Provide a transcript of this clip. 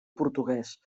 portuguès